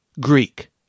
Greek